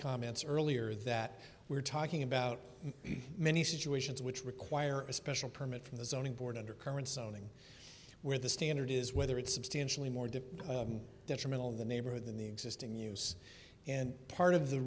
comments earlier that we're talking about many situations which require a special permit from the zoning board under current zoning where the standard is whether it's substantially more didn't detrimental the neighborhood than the existing use and part of the